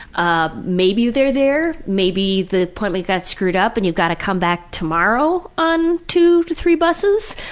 ah, maybe they're there? maybe the appointment got screwed up and you gotta come back tomorrow on two, three buses?